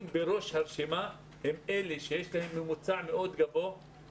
בראש הרשימה הם אלה שיש להם ממוצע מאוד גבוה,